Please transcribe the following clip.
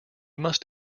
must